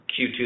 Q2